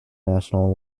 national